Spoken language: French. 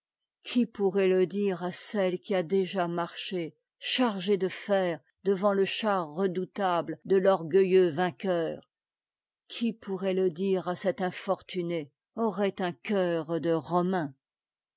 qui pourrait ë dire à celle qui a déjà marché chargée de fers devant lé char redoutamé'de l'orgueilleux vainqueur qui pourrait le dire à cette infortunée aurait un cœur de